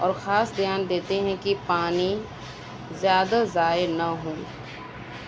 اور خاص دھیان دیتے ہیں کہ پانی زیادہ ضائع نہ ہوں